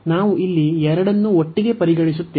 ನಾವು ಇಲ್ಲಿ ಎರಡನ್ನೂ ಒಟ್ಟಿಗೆ ಪರಿಗಣಿಸುತ್ತೇವೆ